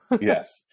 Yes